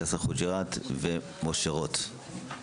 חה"כ